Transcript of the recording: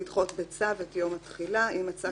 רשאי לדחות בצו את יום התחילה אם מצא